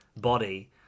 body